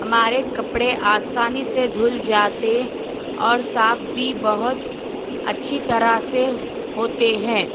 ہمارے کپڑے آسانی سے دھل جاتے اور صاف بھی بہت اچھی طرح سے ہوتے ہیں